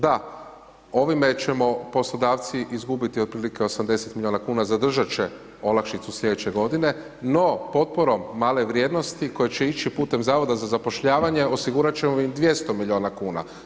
Da, ovime ćemo poslodavci izgubiti otprilike 80 milijuna kn, zadržati će olakšicu sljedeće g. No potporom male vrijednosti, koja će ići putem Zavoda za zapošljavanje osigurati ćemo vam 200 milijuna kn.